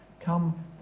come